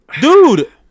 Dude